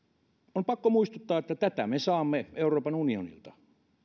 on pakko muistuttaa että tätä me saamme euroopan unionilta